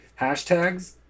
hashtags